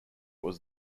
was